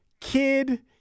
kid